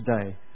today